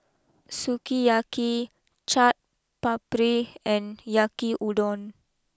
Sukiyaki Chaat Papri and Yakiudon